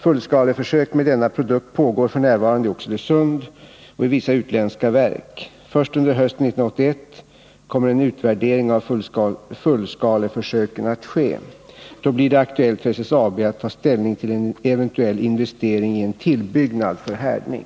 Fullskaleförsök med denna produkt pågår f. n. i Oxelösund och i vissa utländska verk. Först under hösten 1981 kommer en utvärdering av fullskaleförsöken att ske. Då blir det aktuellt för SSAB att ta ställning till en eventuell investering i en tillbyggnad för härdning.